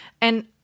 and-